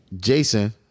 Jason